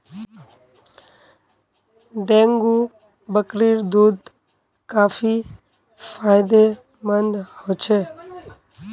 dengue बकरीर दूध काफी फायदेमंद ह छ